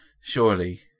surely